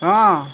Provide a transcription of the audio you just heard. অ